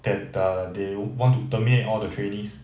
that the they want to terminate all the trainees